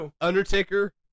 Undertaker